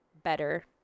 better